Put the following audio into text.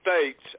states